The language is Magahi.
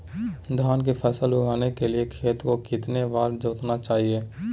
धान की फसल उगाने के लिए खेत को कितने बार जोतना चाइए?